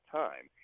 time